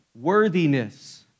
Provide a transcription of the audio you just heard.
worthiness